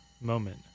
moment